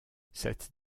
cette